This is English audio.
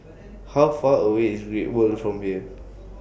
How Far away IS Great World from here